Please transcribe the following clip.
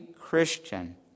Christian